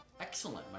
Excellent